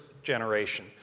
generation